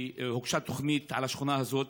הוגשה תוכנית על השכונה הזאת,